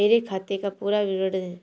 मेरे खाते का पुरा विवरण दे?